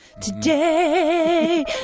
Today